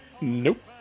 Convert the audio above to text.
Nope